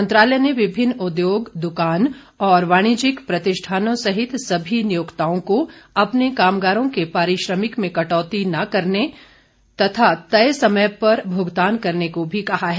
मंत्रालय ने विभिन्न उद्योग दुकान और वाणिज्यिक प्रतिष्ठानों सहित सभी नियोक्ताओं को अपने कामगारों के पारिश्रमिक में कटौती न करने और नियत समय पर भुगतान करने को भी कहा है